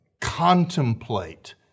contemplate